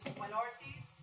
minorities